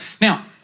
Now